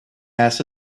has